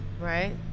Right